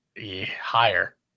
higher